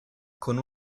con